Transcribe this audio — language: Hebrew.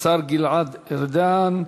השר גלעד ארדן.